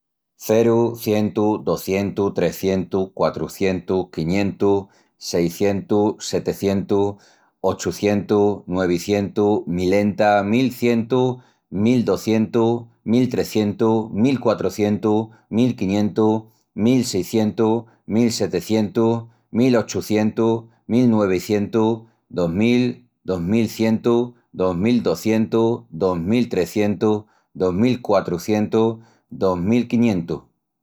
Ceru, cientu, docientus, trecientus, quatrucientus, quiñentus, seicientus, setecientus, ochucientus, nuevicientus, milenta, mil cientu, mil docientus, mil trecientus, mil quatrucientus, mil quiñentus, mil seicientus, mil setecientus, mil ochucientus, mil nuevecientus, dos mil, dos mil cientu, dos mil docientus, dos mil trecientus, dos mil quatrucientus, dos mil quiñentus...